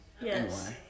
Yes